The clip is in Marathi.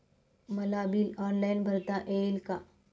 मला बिल ऑनलाईन भरता येईल का?